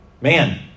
Man